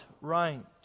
right